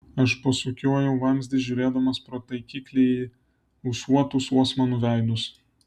aš pasukiojau vamzdį žiūrėdamas pro taikiklį į ūsuotus osmanų veidus